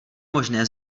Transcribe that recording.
možné